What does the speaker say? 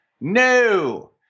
No